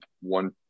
one